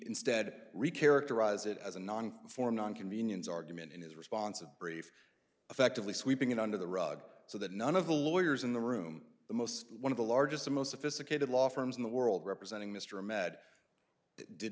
instead re characterize it as a non for non convenience argument in his response a brief effectively sweeping it under the rug so that none of the lawyers in the room the most one of the largest and most sophisticated law firms in the world representing mr med did